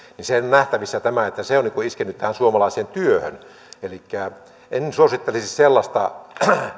niin siinä on nähtävissä tämä että se on niin kuin iskenyt tähän suomalaiseen työhön elikkä en suosittelisi sellaista